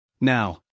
Now